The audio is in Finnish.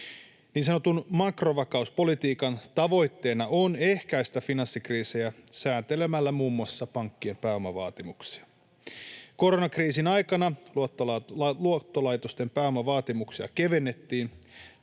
Niin sanotun makrovakauspolitiikan tavoitteena on ehkäistä finanssikriisejä säätelemällä muun muassa pankkien pääomavaatimuksia. Koronakriisin aikana luottolaitosten pääomavaatimuksia kevennettiin.